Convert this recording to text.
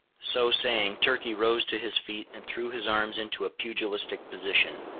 so saying, turkey rose to his feet and threw his arms into a pugilistic position.